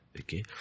Okay